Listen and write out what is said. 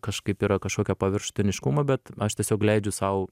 kažkaip yra kažkokio paviršutiniškumo bet aš tiesiog leidžiu sau